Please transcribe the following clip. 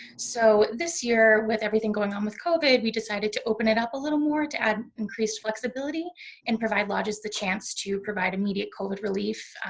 so this year with everything going on with covid, we decided to open it up a little more to add increased flexibility and provide lodges the chance to provide immediate covid relief.